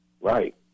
Right